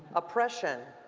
oppression